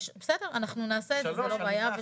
בסדר, אנחנו נעשה את זה, זה לא בעיה.